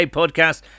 podcast